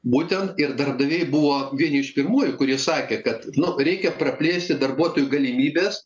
būtent ir darbdaviai buvo vieni iš pirmųjų kurie sakė kad nu reikia praplėsti darbuotojų galimybes